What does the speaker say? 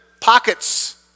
pockets